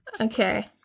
Okay